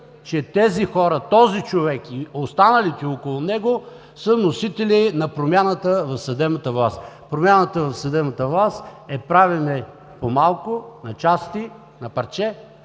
че тези хора – този човек и останалите около него, са носители на промяната в съдебната власт. Промяната в съдебната власт е правене по малко, на части, на парче,